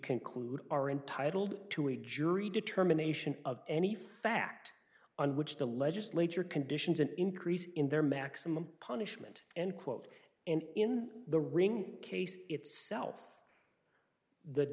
conclude are entitled to a jury determination of any fact on which the legislature conditions an increase in their maximum punishment and quote in the ring case itself the